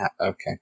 Okay